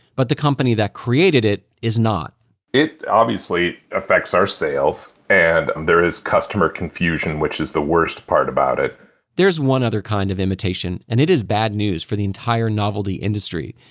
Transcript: but the company that created it, is not it obviously affects our sales. and and, there is customer confusion, which is the worst part about it there's one more kind of imitation and it is bad news for the entire novelty industry.